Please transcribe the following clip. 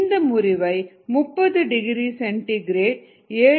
இந்த முறிவை 30 degree centigrade 7